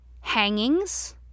Hangings